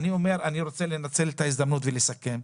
אני רוצה לנצל את ההזדמנות ולסכם: